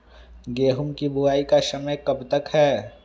गेंहू की बुवाई का समय कब तक है?